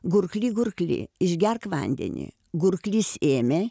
gurkly gurkly išgerk vandenį gurklys ėmė